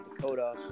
Dakota